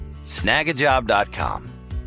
Snagajob.com